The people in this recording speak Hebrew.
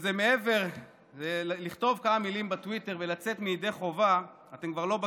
כשזה מעבר ללכתוב כמה מילים בטוויטר ולצאת ידי חובה אתם כבר לא בקטע.